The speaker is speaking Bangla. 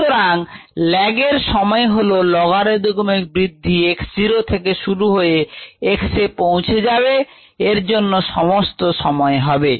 সুতরাং lag এর সময় হল লগারিদমিক বৃদ্ধি x zero থেকে শুরু হয়ে x এ পৌঁছায় যাবে এর জন্য সমস্ত সময় হবে